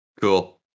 Cool